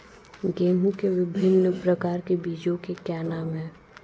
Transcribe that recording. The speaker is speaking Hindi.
गेहूँ के विभिन्न प्रकार के बीजों के क्या नाम हैं?